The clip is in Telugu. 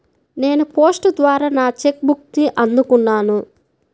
నేను పోస్ట్ ద్వారా నా చెక్ బుక్ని అందుకున్నాను